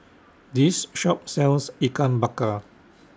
This Shop sells Ikan Bakar